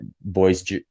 boys